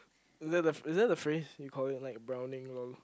is that the is that the phrase we call it like browning Ion